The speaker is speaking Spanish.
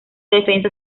defensa